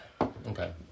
Okay